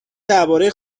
درباره